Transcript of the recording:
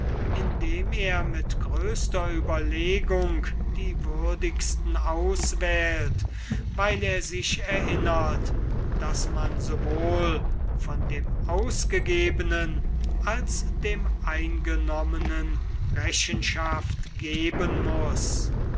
indem er mit größter ueberlegung die würdigsten auswählt weil er sich erinnert daß man sowohl von dem ausgegebenen als dem eingenommenen rechenschaft geben muß